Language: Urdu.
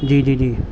جی جی جی